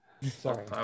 Sorry